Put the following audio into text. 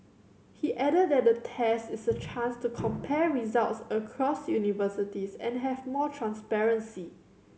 he added that the test is a chance to compare results across universities and have more transparency